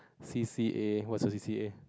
C_C_A what's your C_C_A